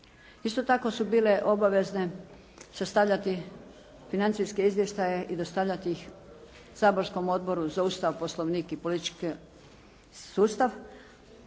Isto tako su bile obavezne sastavljati financijske izvještaje i dostavljati ih saborskom Odboru za Ustav, Poslovnik i politički sustav